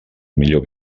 millor